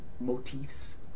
motifs